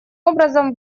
образом